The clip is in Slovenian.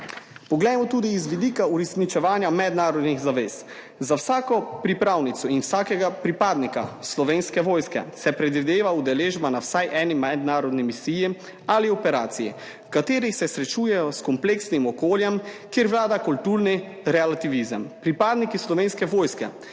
Poglejmo tudi iz vidika uresničevanja mednarodnih zavez. Za vsako pripravnico in vsakega pripadnika Slovenske vojske se predvideva udeležba na vsaj eni mednarodni misiji ali operaciji, v kateri se srečujejo s kompleksnim okoljem, kjer vlada kulturni relativizem. Pripadniki Slovenske vojske